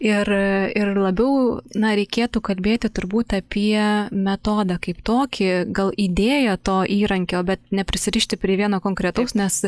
ir ir labiau na reikėtų kalbėti turbūt apie metodą kaip tokį gal idėją to įrankio bet neprisirišti prie vieno konkretaus nes